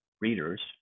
readers